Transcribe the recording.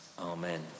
amen